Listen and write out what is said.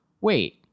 wait